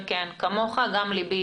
ככל שהוועדה מצביעה